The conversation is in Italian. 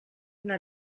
una